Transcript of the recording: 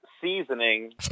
seasoning